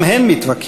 גם הם מתווכחים,